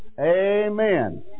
Amen